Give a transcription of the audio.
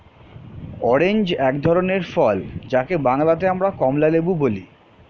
orange এক ধরনের ফল যাকে বাংলাতে আমরা কমলালেবু বলি